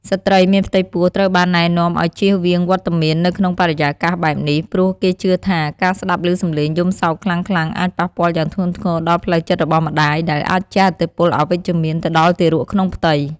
ស្ត្រីមានផ្ទៃពោះត្រូវបានណែនាំឲ្យជៀសវាងវត្តមាននៅក្នុងបរិយាកាសបែបនេះ ព្រោះគេជឿថាការស្តាប់ឮសំឡេងយំសោកខ្លាំងៗអាចប៉ះពាល់យ៉ាងធ្ងន់ធ្ងរដល់ផ្លូវចិត្តរបស់ម្តាយ ដែលអាចជះឥទ្ធិពលអវិជ្ជមានទៅដល់ទារកក្នុងផ្ទៃ។